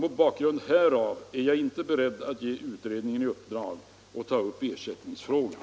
Mot bakgrunden härav är jag inte beredd att ge utredningen i uppdrag att ta upp ersättningsfrågan.